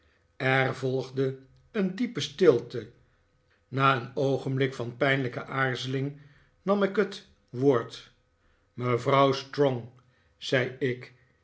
er volgde een diepe stilte na een oogenblik van pijnlijke aarzeling nam ik het woord mevrouw strong zei ik